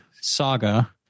saga